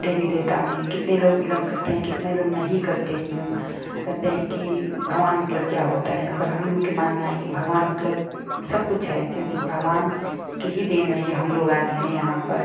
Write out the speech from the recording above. देवी देवता में कितने लोग भी विलम्ब करते हैं कितने लोग नहीं करते हैं विलम्ब कहते हैं कि भगवान मतलब क्या होता है पर हम लोग के मानना है कि भगवान मतलब सब कुछ है क्योंकि भगवान की ही देन है कि हम लोग आज हैं यहाँ पर